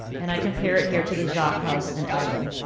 and i compare it here to the jop house in eldon.